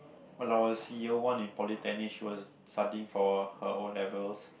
when I was year one in polytechnic she was studying for her O-levels